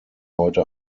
heute